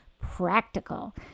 practical